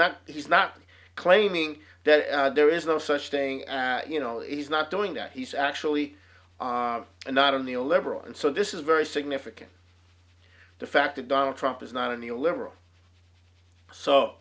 not he's not claiming that there is no such thing as you know he's not doing that he's actually not only a liberal and so this is very significant the fact that donald trump is not a neo liberal so